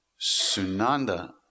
Sunanda